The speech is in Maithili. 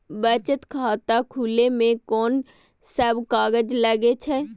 बचत खाता खुले मे कोन सब कागज लागे छै?